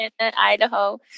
Idaho